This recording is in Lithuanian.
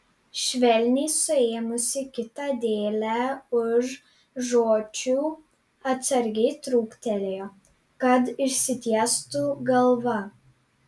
švelniai suėmusi kitą dėlę už žiočių atsargiai trūktelėjo kad išsitiestų galva